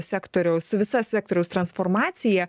sektoriaus visa sektoriaus transformacija